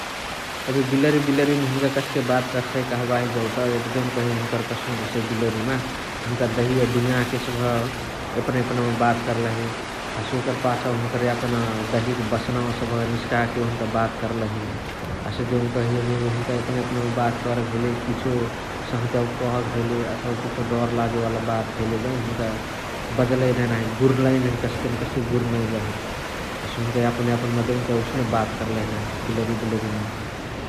एबे बिलरी बिलरी हुनुका कस्के बात कर्साइ कहबाही जौत एबे देउनकही हुनुकर कस्नुक हसइ बिलरिमा हुन्का दहिया डिङाके सबह एपनही एपनही बात कर्लही । हसे ओकरा पाछा हुन्कर यापन दहिक बस्नावा सबह निस्काके हुन्का बात कर्लही । हसे देउकही एबे हुन्का एपनही एपनही बात करके भेले किछो सङ्हतियवके कहके भेले अथवा किछो डर लागेवाला बात भेले जौ हुन्का बलही नाही गुर्लइ नही कस्के न कस्के गुर्नैलही । हसे हुन्क यापन यापन म देउनकही ओसने बात कर्लही नाही ।